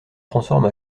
transforme